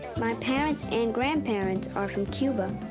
my parents and grandparents are from cuba.